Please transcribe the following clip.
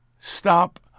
Stop